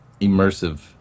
immersive